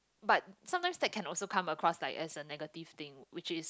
but sometimes that can also come across like as a negative thing which is